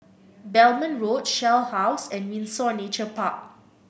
Belmont Road Shell House and Windsor Nature Park